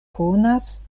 konas